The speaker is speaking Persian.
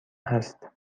است